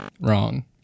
wrong